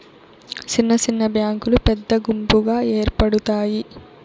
సిన్న సిన్న బ్యాంకులు పెద్ద గుంపుగా ఏర్పడుతాయి